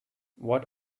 what